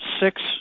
six